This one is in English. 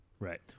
Right